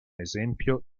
esempio